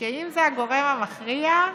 שאם זה הגורם המכריע,